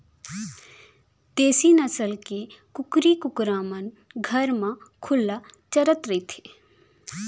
देसी नसल के कुकरी कुकरा मन घर म खुल्ला चरत रथें